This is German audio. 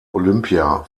olympia